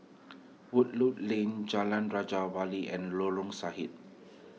Woodleigh Lane Jalan Raja Wali and Lorong Sarhad